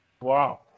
Wow